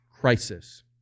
Crisis